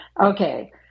Okay